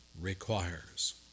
requires